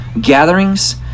gatherings